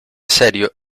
serio